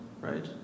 right